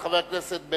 חבר הכנסת מיכאל